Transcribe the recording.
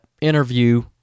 interview